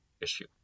issue